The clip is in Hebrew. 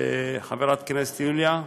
חברת הכנסת יוליה,